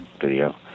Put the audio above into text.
video